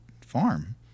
farm